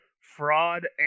fraud